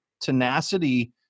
tenacity